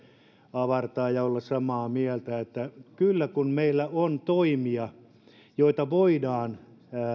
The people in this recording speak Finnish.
avartaa ja olla samaa mieltä että kyllä meillä on toimia joita voidaan